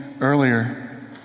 earlier